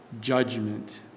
judgment